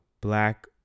black